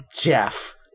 Jeff